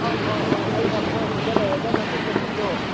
ꯑꯧ ꯑꯧ ꯑꯧ ꯑꯩꯅ ꯃꯣꯏ ꯑꯗꯨꯗ ꯂꯧꯔꯒ ꯆꯠꯊꯣꯛ ꯆꯠꯁꯤꯟꯗꯣ